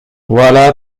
voilà